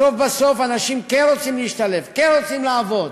בסוף-בסוף אנשים כן רוצים להשתלב, כן רוצים לעבוד.